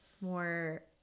more